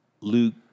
Luke